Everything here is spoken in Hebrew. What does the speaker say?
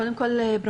קודם כל ברכות,